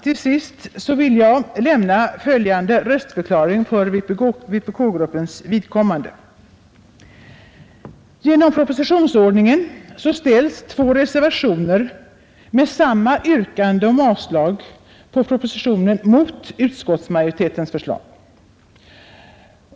Till sist vill jag lämna följande röstförklaring för vpk-gruppens vidkommande. Genom propositionsordningen ställs två reservationer med samma yrkande om avslag på propositionen mot utskottsmajoritetens förslag.